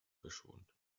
verschont